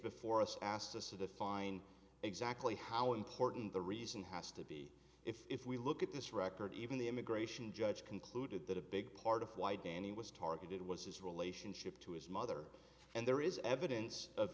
before us asked us to define exactly how important the reason has to be if we look at this record even the immigration judge concluded that a big part of why danny was targeted was his relationship to his mother and there is evidence of